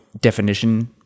definition